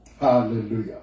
Hallelujah